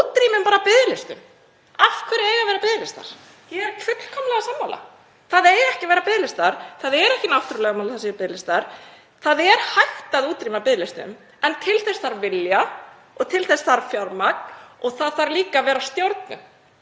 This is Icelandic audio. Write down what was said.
minnka. Útrýmum biðlistum. Af hverju eiga að vera biðlistar? Ég er fullkomlega sammála, það eiga ekki að vera biðlistar. Það er ekki náttúrulögmál að það séu biðlistar og það er hægt að útrýma þeim en til þess þarf vilja og til þess þarf fjármagn og það þarf líka að vera stjórnun.